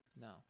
No